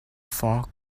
far